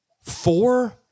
Four